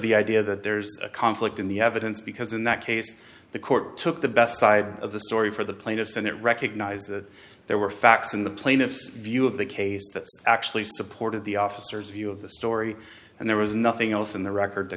the idea that there's a conflict in the evidence because in that case the court took the best side of the story for the plaintiffs and it recognized that there were facts in the plaintiff's view of the case that actually supported the officers view of the story and there was nothing else in the record t